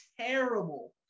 Terrible